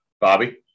Bobby